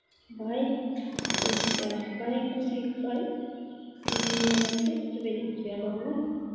ᱵᱟᱭ ᱠᱩᱥᱤᱜᱼᱟ ᱵᱟᱭ ᱠᱩᱥᱤ ᱠᱷᱟᱡ ᱤᱧᱫᱩᱧ ᱢᱮᱱᱟ ᱪᱮᱫ ᱛᱚᱵᱮᱧ ᱩᱛᱩᱭᱟ ᱵᱟᱹᱵᱩ